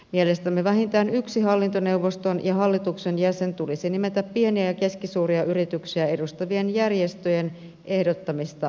mielestämme vähintään yksi hallintoneuvoston ja hallituksen jäsen tulisi nimetä pieniä ja keskisuuria yrityksiä edustavien järjestöjen ehdottamista henkilöistä